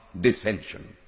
dissension